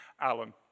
Alan